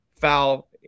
foul